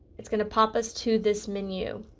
it's going to pop us to this menu